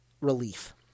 relief